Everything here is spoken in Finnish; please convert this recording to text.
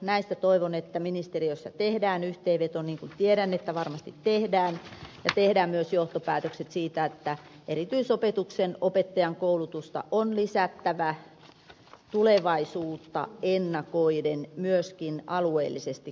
näistä toivon että ministeriössä tehdään yhteenveto niin kun tiedän että varmasti tehdään ja tehdään myös johtopäätökset siitä että erityisopetuksen opettajankoulutusta on lisättävä tulevaisuutta ennakoiden myöskin alueellisesti kattavasti